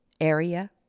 area